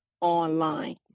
online